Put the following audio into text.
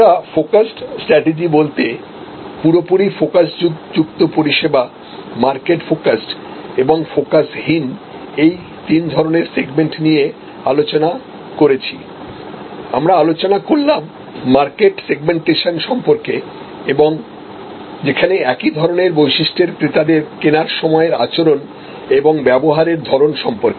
আমরা focused strategy বলতে পুরোপুরি ফোকাসযুক্ত পরিষেবা মার্কেট ফোকাসড এবং ফোকাসহীন এই তিন ধরনের সেগমেন্ট নিয়ে আলোচনা করেছি আমরা আলোচনা করলাম মার্কেট সেগমেন্টেশন সম্পর্কে এবং যেখানে একই ধরনের বৈশিষ্ট্যের ক্রেতাদের কেনার সময়ের আচরণ এবং ব্যবহারের ধরণ সম্পর্কে